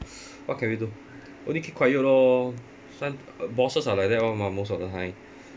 what can we do only keep quiet lor some bosses are like that [one] mah most of the time